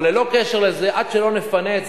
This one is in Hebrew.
אבל ללא קשר לזה, עד שלא נפנה את